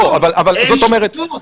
אין שקיפות.